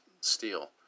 steel